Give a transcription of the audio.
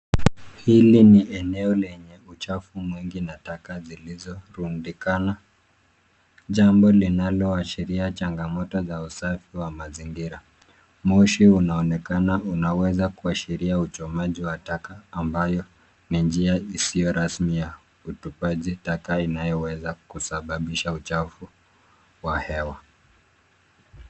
Hili ni eneo lenye uchafu mwingi na taka zilizorundikana. Jambo linaloashiria changamoto za usafi wa mazingira. Moshi unaonekana unaweza kuashiria uchomaji wa takataka ambayo ni njia isiyo rasmi ya utupaji taka inayoweza kusababisha uchafu wa hewa.